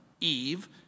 Eve